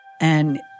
And-